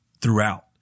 throughout